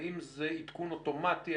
האם זה עדכון אוטומטי?